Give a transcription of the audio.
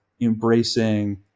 embracing